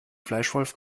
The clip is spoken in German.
fleischwolf